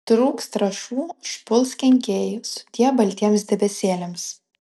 trūks trąšų užpuls kenkėjai sudie baltiems debesėliams